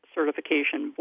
Certification